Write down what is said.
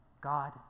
God